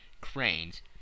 cranes